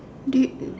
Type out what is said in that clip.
did